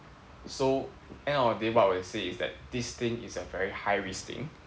so end of the day what I'll say is that this thing is a very high risk thing